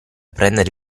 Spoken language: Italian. prendere